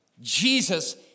Jesus